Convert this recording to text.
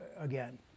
again